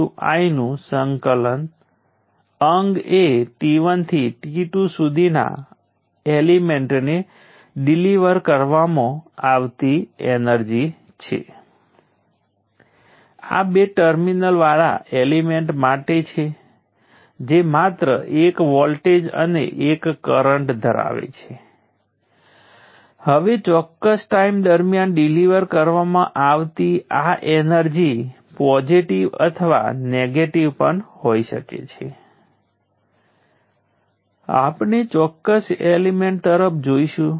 હવે હું કલ્પના કરું છું કે ઇન્ડક્ટર કરંટ સોર્સ દ્વારા ચલાવવામાં આવે છે કેપેસિટર્સ કેસ માટે અગાઉ મેં હમણાં જ કેપેસિટર અને કેટલાક વોલ્ટેજ V ફોર્મ બતાવ્યું હતું જેને તમે વોલ્ટેજ સોર્સ દ્વારા ચલાવવામાં આવતા કેપેસિટર તરીકે વિચારી શકો છો અહીં હું તેને કરંટ સોર્સ I સાથે ચલાવી રહ્યો છું